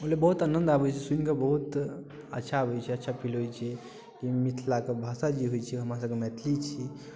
ओइ लए बहुत आनन्द आबै छै सुनिके बहुत अच्छा आबै छै अच्छा फील होइ छै जाहिमे मिथिलाके भाषा जे होइ छै हमर सबके मैथिली छी